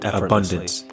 abundance